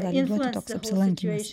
gali duoti toks apsilankymas